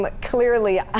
Clearly